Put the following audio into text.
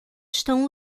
estão